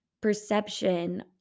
perception